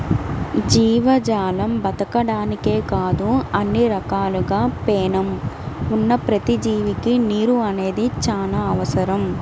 జీవజాలం బతకడానికే కాదు అన్ని రకాలుగా పేణం ఉన్న ప్రతి జీవికి నీరు అనేది చానా అవసరం